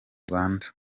rwanda